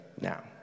now